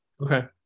Okay